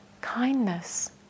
kindness